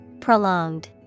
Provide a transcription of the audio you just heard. Prolonged